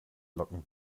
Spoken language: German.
locken